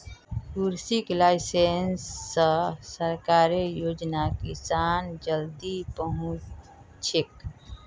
कृषि लाइसेंस स सरकारेर योजना किसानक जल्दी पहुंचछेक